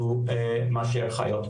מאשר חיות בעוני.